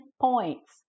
points